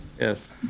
Yes